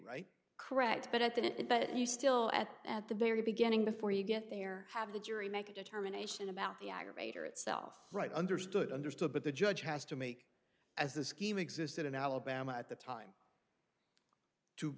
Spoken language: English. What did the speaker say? right correct but at that it is but you still at at the very beginning before you get there have the jury make a determination about the aggravator itself right understood understood but the judge has to make as the scheme existed in alabama at the time to